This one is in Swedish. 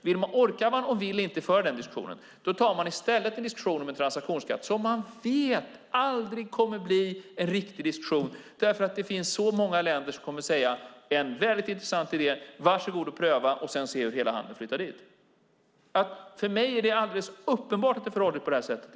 Orkar man inte och vill inte föra den diskussionen tar man i stället en diskussion om en transaktionsskatt, som man vet aldrig kommer att bli en riktig diskussion därför att det finns så många länder som kommer att säga: Det är väldigt intressant idé. Var så god och pröva och sedan se hur hela handeln flyttar dit. För mig är det alldeles uppenbart att det förhåller sig på det sättet.